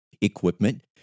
equipment